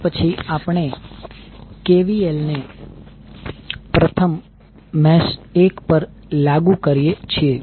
તે પછી આપણે KVL ને પ્રથમ મેશ 1 પર લાગુ કરીએ છીએ